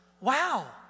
Wow